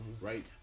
right